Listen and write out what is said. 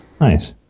nice